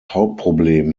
hauptproblem